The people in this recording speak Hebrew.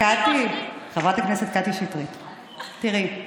קטי, חברת הכנסת קטי שטרית, תראי,